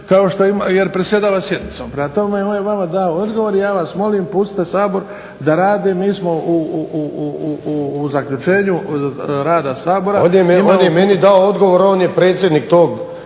kao što ima, jer predsjedava sjednicom. Prema tome, on je vama dao odgovor i ja vas molim pustite Sabor da radi jer mi smo u zaključenju rada Sabora. **Vinković, Zoran (HDSSB)** On je